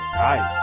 nice